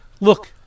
Look